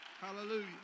Hallelujah